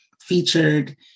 featured